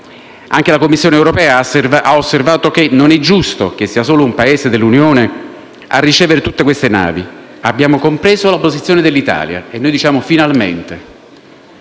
Anche la Commissione europea ha osservato che: «Non è giusto che sia solo un Paese dell'Ue a ricevere tutte queste navi e abbiamo compreso la posizione dell'Italia». Noi diciamo: finalmente!